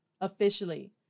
officially